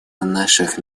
наших